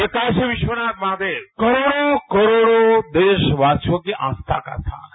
ये काशी विश्वनाथ महादेव करोड़ों करोड़ों देशवासियों की आस्था का स्थान है